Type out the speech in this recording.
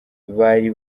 bari